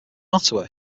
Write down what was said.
ottawa